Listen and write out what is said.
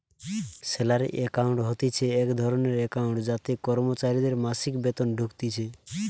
salary account হতিছে এক ধরণের একাউন্ট যাতে কর্মচারীদের মাসিক বেতন ঢুকতিছে